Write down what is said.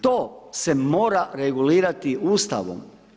To se mora regulirati Ustavom.